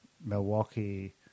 Milwaukee